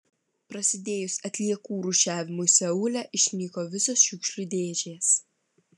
prasidėjus atliekų rūšiavimui seule išnyko visos šiukšlių dėžės